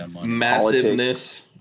massiveness